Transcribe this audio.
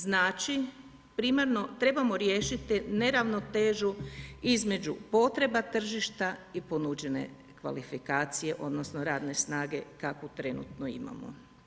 Znači primarno trebamo riješiti neravnotežu između potreba tržišta i ponuđene kvalifikacije, odnosno radne snage kakvu trenutno imamo.